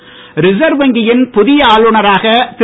Das reserve வங்கியின் புதிய ஆளுநராக திரு